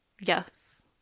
Yes